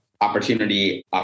opportunity